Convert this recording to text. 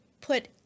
put